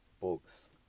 books